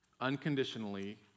unconditionally